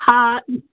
हँ